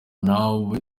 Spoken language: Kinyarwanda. ntawe